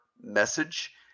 message